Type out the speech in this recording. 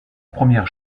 première